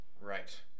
right